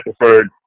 preferred